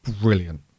brilliant